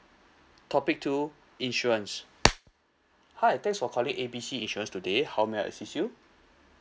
topic two insurance hi thanks for calling A B C insurance today how may I assist you